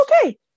okay